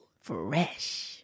Fresh